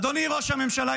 אדוני ראש הממשלה,